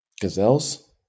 gazelles